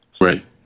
Right